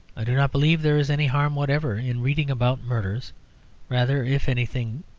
i do not believe there is any harm whatever in reading about murders rather, if anything,